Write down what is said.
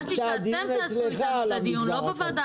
ביקשתי שאתם תעשו את הדיון, לא בוועדה.